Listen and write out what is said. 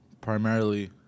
Primarily